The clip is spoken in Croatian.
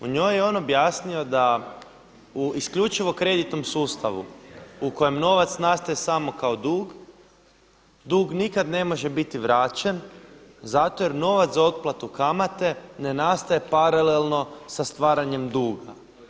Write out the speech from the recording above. U njoj je on objasnio da isključivo u kreditnom sustavu u kojem novac nastaje samo kao dug, dug nikada ne može biti vraćen zato jer novac za otplatu kamate ne nastaje paralelno sa stvaranjem duga.